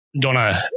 Donna